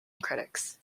critics